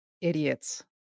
idiots